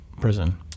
prison